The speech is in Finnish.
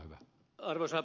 arvoisa puhemies